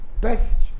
best